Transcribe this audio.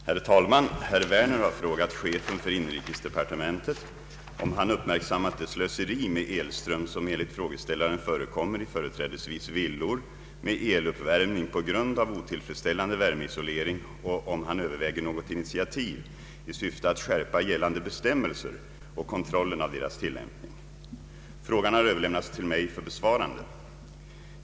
Herr talman! Herr Werner har frågat chefen för inrikesdepartementet om han har uppmärksammat det slöseri med elström som enligt frågeställaren förekommer i företrädesvis villor med eluppvärmning på grund av otillfredsställande värmeisolering och om han överväger något initiativ i syfte att skärpa gällande bestämmelser och kontrollen av deras tillämpning. Frågan har överlämnats till mig för besvarande.